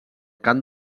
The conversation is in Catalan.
cant